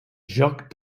joc